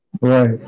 Right